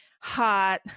hot